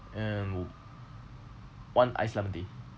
and one iced lemon tea